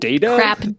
crap